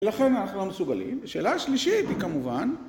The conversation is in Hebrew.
לכן אנחנו לא מסוגלים. שאלה שלישית היא כמובן